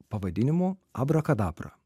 pavadinimu abrakadabra